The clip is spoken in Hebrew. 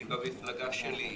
היא במפלגה שלי,